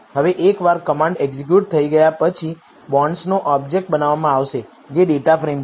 હવે એકવાર command execute થઈ ગયા પછી બોન્ડ્સનો ઓબ્જેક્ટ બનાવવામાં આવશે જે ડેટાફ્રેમ છે